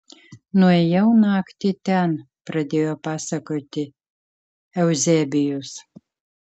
nuėjau naktį ten pradėjo pasakoti euzebijus